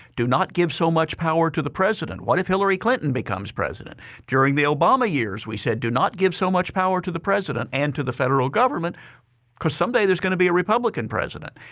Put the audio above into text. do not give so much power to the president. what if hillary clinton becomes president during the obama years, we said, do not give so much power to the president and to the federal government because someday there's going to be a republican president,